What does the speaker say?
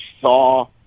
saw